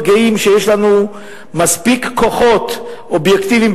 גאים שיש לנו מספיק כוחות אובייקטיביים,